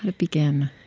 ah begin?